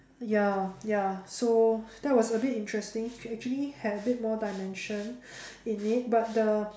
ya ya so that was a bit interesting it actually have a bit more dimension in it but the